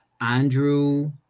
Andrew